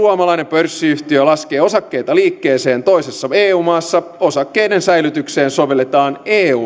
pörssiyhtiö laskee osakkeita liikkeeseen toisessa eu maassa osakkeiden säilytykseen sovelletaan eun